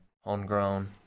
Homegrown